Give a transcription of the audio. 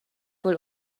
wohl